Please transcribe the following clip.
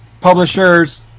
publishers